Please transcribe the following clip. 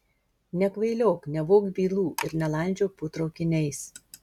nekvailiok nevok bylų ir nelandžiok po traukiniais